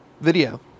video